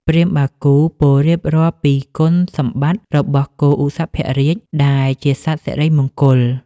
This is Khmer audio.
ព្រាហ្មណ៍បាគូពោលរៀបរាប់ពីគុណសម្បត្តិរបស់គោឧសភរាជដែលជាសត្វសិរីមង្គល។